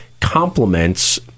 complements